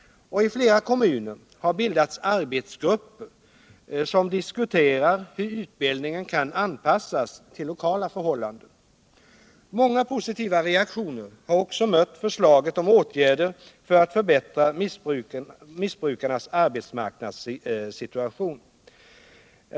I flera kommuner har bildats arbetsgrupper, som diskuterar hur utbildningen kan anpassas till lokala förhållanden. Många positiva reaktioner har också mött förslaget om åtgärder för att förbättra missbrukarnas arbetsmarknadssituation.